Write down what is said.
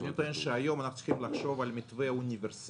היום אנחנו צריכים לחשוב על מתווה אוניברסלי